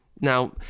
Now